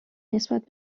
نسبت